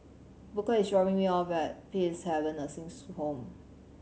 Booker is dropping me off at Peacehaven Nursing's Home